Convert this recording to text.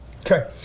Okay